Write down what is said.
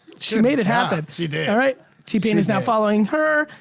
she made it happen. she did. alright t-pain is not following her.